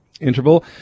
interval